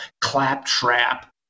claptrap